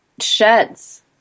sheds